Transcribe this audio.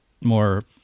more